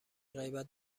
غیبت